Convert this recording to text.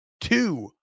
two